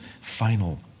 final